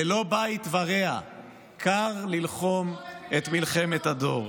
ללא בית ורע / קר ללחום את מלחמת הדור.